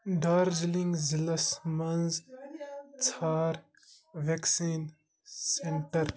ڈارجِلِنٛگ ضِلعس مَنٛز ژھار ویٚکسیٖن سیٚنٹر